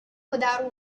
without